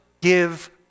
give